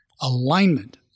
alignment